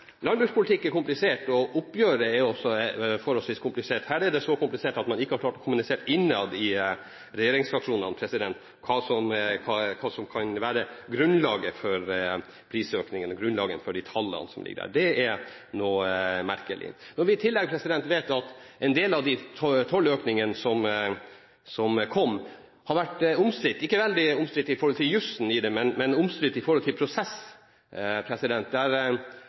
Landbrukspolitikk er komplisert, og oppgjøret er også forholdsvis komplisert. Her er det så komplisert at man ikke har klart å kommunisere innad i regjeringsfraksjonene hva som kan være grunnlaget for prisøkningen og de tallene som ligger der. Det er merkelig. Når vi i tillegg vet at en del av de tolløkningene som kom, har vært omstridt – ikke veldig omstridt i forhold til jusen, men omstridt i forhold til prosess